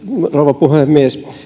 rouva puhemies